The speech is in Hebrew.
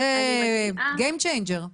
זה game changer.